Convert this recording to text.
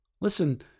Listen